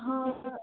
हां